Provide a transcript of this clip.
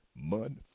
mud